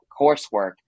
coursework